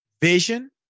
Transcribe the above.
vision